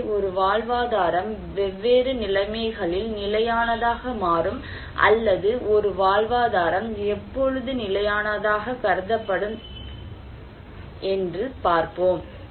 எனவே ஒரு வாழ்வாதாரம் வெவ்வேறு நிலைமைகளில் நிலையானதாக மாறும் அல்லது ஒரு வாழ்வாதாரம் எப்பொழுது நிலையானதாக கருதப்பட வேண்டும் என்று பார்ப்போம்